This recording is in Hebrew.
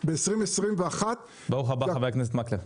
ברוך הבא חבר הכנסת מקלב.